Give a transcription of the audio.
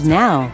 now